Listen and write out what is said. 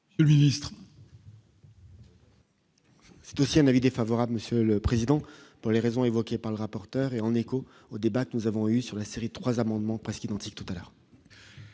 Le ministre. 2ème un avis défavorable, Monsieur le Président, pour les raisons évoquées par le rapporteur et en écho au débat que nous avons eue sur la Série 3 amendements parce qu'identique tout à l'heure.